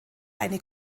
eine